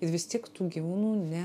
ir vis tiek tų gyvūnų ne